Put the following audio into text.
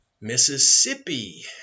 Mississippi